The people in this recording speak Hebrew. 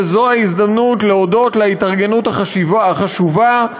וזו ההזדמנות להודות להתארגנות החשובה,